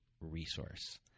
resource